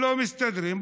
לא מסתדרים?